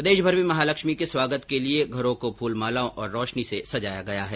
प्रदेशभर में महालक्ष्मी के स्वागत के लिए घरों को फूल मालाओं तथा रोशनी से सजाया गया है